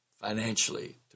financially